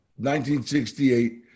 1968